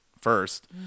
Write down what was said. First